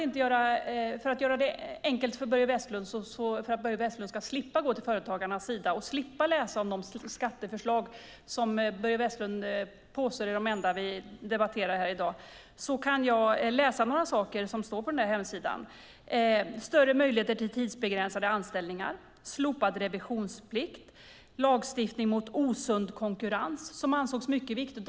För att göra det enkelt för Börje Vestlund och för att han ska slippa gå till Företagarnas hemsida och slippa läsa om de skatteförslag som han påstår är de enda vi debatterar här i dag kan jag läsa några saker som står på sidan: större möjligheter till tidsbegränsade anställningar, slopad revisionsplikt och lagstiftning mot osund konkurrens - som har ansetts mycket viktigt.